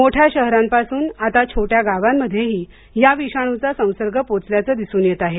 मोठ्या शहरांपासून आता छोट्या गावांमध्येही या विषाणीचा संसर्ग पोहोचल्याचं दिसून येत आहे